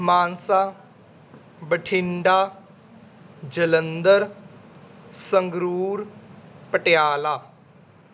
Mansa Bathinda Jalandhar Sangrur Patiala